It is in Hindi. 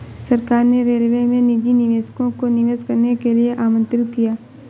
सरकार ने रेलवे में निजी निवेशकों को निवेश करने के लिए आमंत्रित किया